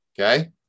Okay